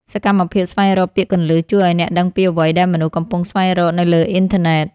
សកម្មភាពស្វែងរកពាក្យគន្លឹះ ជួយឱ្យអ្នកដឹងពីអ្វីដែលមនុស្សកំពុងស្វែងរកនៅលើអ៊ីនធឺណិត។